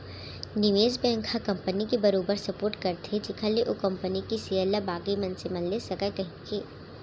निवेस बेंक ह कंपनी के बरोबर सपोट करथे जेखर ले ओ कंपनी के सेयर ल बाकी मनसे मन ले सकय कहिके